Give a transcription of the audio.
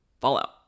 fallout